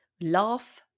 laugh